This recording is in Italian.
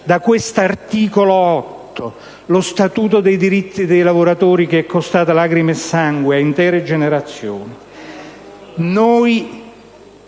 da questo articolo 8: lo Statuto dei diritti dei lavoratori che è costato lacrime e sangue a intere generazioni. Noi